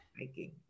hiking